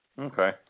Okay